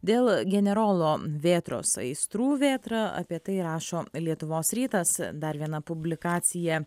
dėl generolo vėtros aistrų vėtra apie tai rašo lietuvos rytas dar viena publikacija